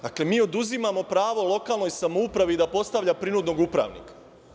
Dakle, mi oduzimamo pravo lokalnoj samoupravi da postavlja prinudnog upravnika.